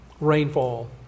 rainfall